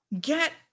Get